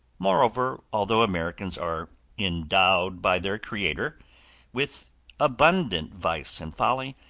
moreover, although americans are endowed by their creator with abundant vice and folly,